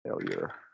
Failure